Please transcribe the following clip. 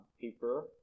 paper